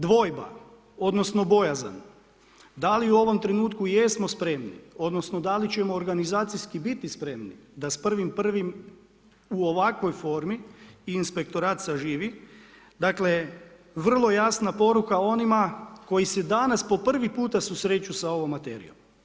Dvojba, odnosno bojazan, da li u ovom trenutku jesmo spremni odnosno da li ćemo organizacijski biti spremni da s 1.1. u ovakvoj formi inspektorat saživi, dakle, vrlo jasna poruka onima koji se danas po prvi puta susreću sa ovom materijom.